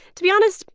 to be honest,